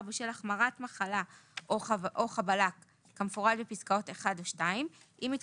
בשל החמרת מחלות מסוימות זכאות נוספת